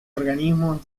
organismos